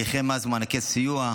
חרבות ברזל) (הליכי מס ומענקי סיוע),